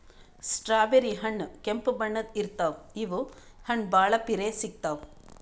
strawberry ಹಣ್ಣ್ ಕೆಂಪ್ ಬಣ್ಣದ್ ಇರ್ತವ್ ಇವ್ ಹಣ್ಣ್ ಭಾಳ್ ಪಿರೆ ಸಿಗ್ತಾವ್